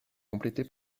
compléter